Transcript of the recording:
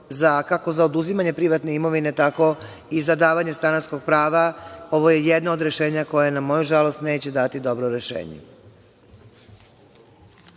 kako za oduzimanje privatne imovine, tako i za davanje stanarskog prava, ovo je jedno od rešenja koje, na moju žalost, neće dati dobro rešenje.